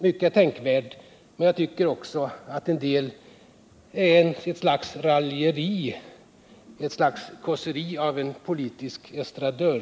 Mycket är tänkvärt, men jag tycker faktiskt också att en del är ett slags raljeri, ett slags kåseri av en politisk estradör.